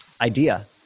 idea